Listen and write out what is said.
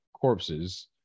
corpses